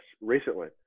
recently